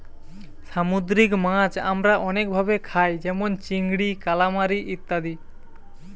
সামুদ্রিক মাছ আমরা অনেক ভাবে খাই যেমন চিংড়ি, কালামারী ইত্যাদি